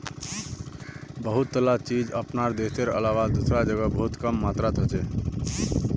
बहुतला चीज अपनार देशेर अलावा दूसरा जगह बहुत कम मात्रात हछेक